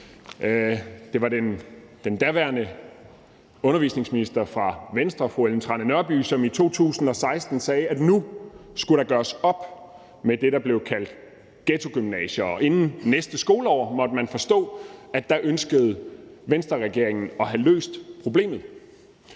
Det var den daværende undervisningsminister fra Venstre, fru Ellen Trane Nørby, som i 2016 sagde, at nu skulle der gøres op med det, der blev kaldt ghettogymnasier. Og inden næste skoleår, måtte man forstå, ønskede Venstreregeringen at have løst problemet.